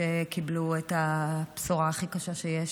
שקיבלו את הבשורה הכי קשה שיש.